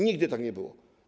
Nigdy tak nie było.